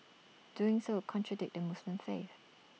doing so contradict the Muslim faith